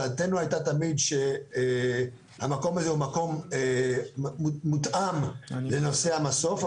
דעתנו הייתה תמיד שהמקום הזה הוא מקום מותאם לנושא המסוף,